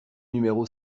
numéro